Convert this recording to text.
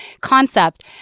concept